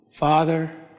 Father